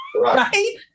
right